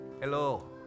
Hello